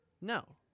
No